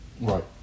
Right